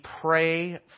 pray